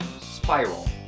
spiral